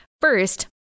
first